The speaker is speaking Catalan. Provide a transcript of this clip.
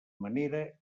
manera